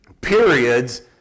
periods